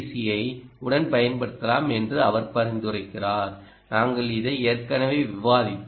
ஐ உடன் பயன்படுத்தலாம் என்று அவர் பரிந்துரைக்கிறார் நாங்கள் இதை ஏற்கனவே விவாதித்தோம்